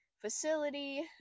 facility